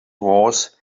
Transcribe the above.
was